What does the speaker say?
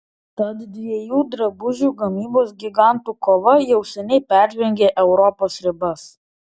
tad dviejų drabužių gamybos gigantų kova jau seniai peržengė europos ribas